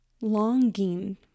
longing